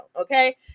okay